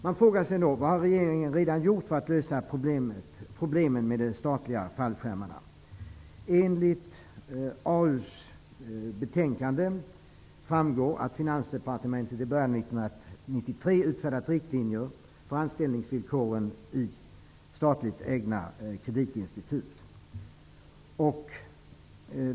Man frågar sig: Vad har regeringen gjort för att lösa problemen med de statliga fallskärmsavtalen? Av arbetsmarknadsutskottets betänkande 4 framgår att Finansdepartementet i början av 1993 utfärdat riktlinjer för anställningsvillkoren i statligt ägda kreditinstitut.